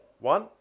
One